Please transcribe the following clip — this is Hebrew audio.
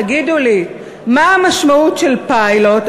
תגידו לי, מה המשמעות של פיילוט?